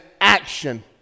action